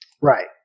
Right